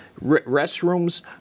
restrooms